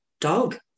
dog